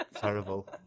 Terrible